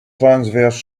transverse